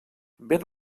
ben